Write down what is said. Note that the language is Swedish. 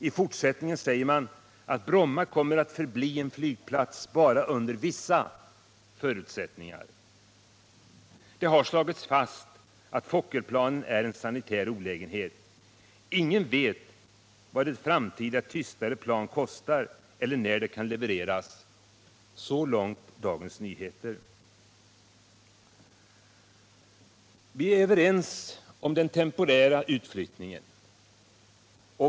I fortsättningen säger man ”att Bromma kommer att förbli en flygplats bara under vissa förutsättningar”. Det har slagits fast att Fokkerplanen är en sanitär olägenhet. Ingen vet vad ett framtida, tystare plan kostar eller när det kan levereras. Så långt Dagens Nyheter. Vi är överens om den temporära utflyttningen.